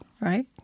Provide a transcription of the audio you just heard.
right